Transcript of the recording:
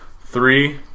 Three